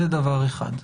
זה דבר אחד.